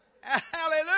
Hallelujah